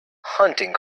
hunting